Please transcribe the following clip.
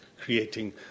creating